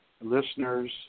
listeners